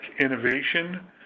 innovation